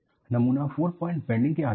नमूना four point bending के अधीन है